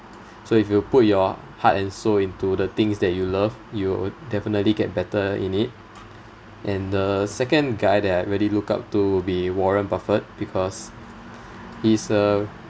so if you put your heart and soul into the things that you love you would definitely get better in it and the second guy that I really look up to would be warren buffet because he's a